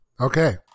okay